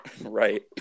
Right